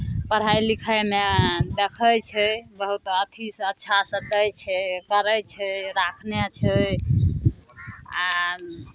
पढ़ाइ लिखाइमे देखै छै बहुत अथीसँ अच्छासँ दै छै करै छै राखने छै आ